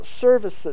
services